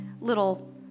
little